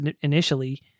initially